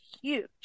huge